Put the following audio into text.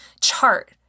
chart